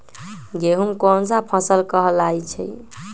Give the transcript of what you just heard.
गेहूँ कोन सा फसल कहलाई छई?